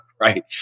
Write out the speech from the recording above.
right